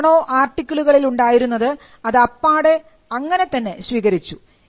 എന്താണോ ആർട്ടിക്കിളുകളിൽ ഉണ്ടായിരുന്നത് അത് അപ്പാടെ അങ്ങനെതന്നെ സ്വീകരിച്ചു